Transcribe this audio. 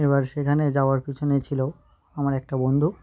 এবার সেখানে যাওয়ার পিছনে ছিলো আমার একটা বন্ধু